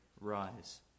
rise